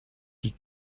die